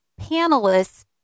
panelists